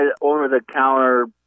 over-the-counter